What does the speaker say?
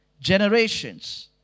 generations